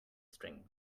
strings